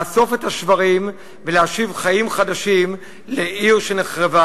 לאסוף את השברים ולהשיב חיים חדשים לעיר שנחרבה